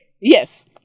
Yes